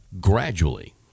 gradually